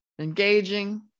Engaging